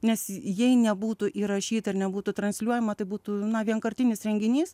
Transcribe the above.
nes jei nebūtų įrašyta ir nebūtų transliuojama tai būtų na vienkartinis renginys